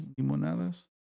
Limonadas